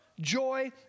joy